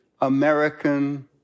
American